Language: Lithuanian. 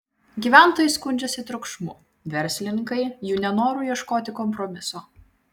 gyventojai skundžiasi triukšmu verslininkai jų nenoru ieškoti kompromiso